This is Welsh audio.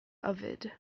yfed